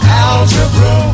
algebra